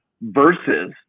versus